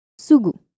Sugu